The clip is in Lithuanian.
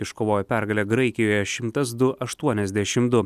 iškovojo pergalę graikijoje šimtas du aštuoniasdešimt du